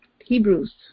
Hebrews